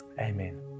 Amen